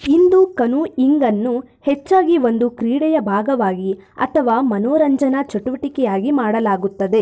ಇಂದು ಕನೂಯಿಂಗನ್ನು ಹೆಚ್ಚಾಗಿ ಒಂದು ಕ್ರೀಡೆಯ ಭಾಗವಾಗಿ ಅಥವಾ ಮನೋರಂಜನಾ ಚಟುವಟಿಕೆಯಾಗಿ ಮಾಡಲಾಗುತ್ತದೆ